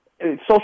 social